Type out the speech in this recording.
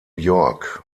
york